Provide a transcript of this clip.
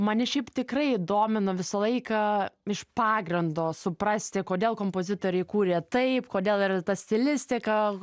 mane šiaip tikrai domino visą laiką iš pagrindo suprasti kodėl kompozitoriai kūrė taip kodėl yra ta stilistika